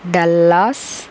Dallas